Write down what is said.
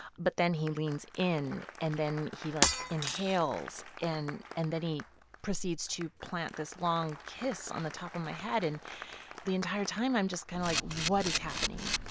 but then he leans in, and then he, like, inhales. and then he proceeds to plant this long kiss on the top of my head. and the entire time, i'm just kind of like, what is happening?